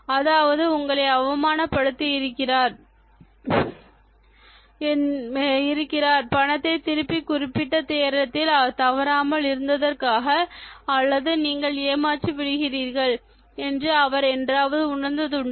அதாவது உங்களை அவமானப்படுத்தி இருக்கிறார் பணத்தை திருப்பி குறிப்பிட்ட நேரத்தில் தராமல் இருந்ததற்காக அல்லது நீங்கள் ஏமாற்றி விடுவீர்கள் என்று அவர் என்றாவது உணர்ந்தது உண்டா